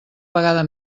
vegada